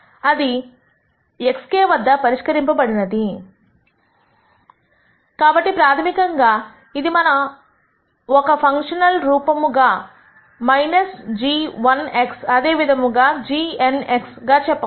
అది xk వద్ద పరిష్కరించబడింది కాబట్టి ప్రాథమికంగా గా ఇది మనం ఒక ఫంక్షనల్ రూపముగా g1x అదే విధముగా gnx చెప్పవచ్చు